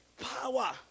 power